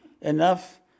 enough